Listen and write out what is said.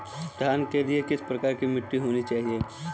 धान के लिए किस प्रकार की मिट्टी होनी चाहिए?